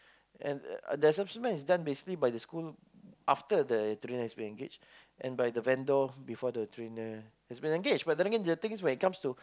and uh the assessment is done basically by the school after the trainer has been engaged and by the vendor before the trainer has been engaged but then again the thing is when it comes to